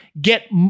get